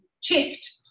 checked